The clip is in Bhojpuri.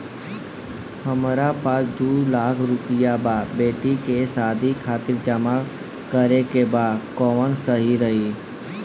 हमरा पास दू लाख रुपया बा बेटी के शादी खातिर जमा करे के बा कवन सही रही?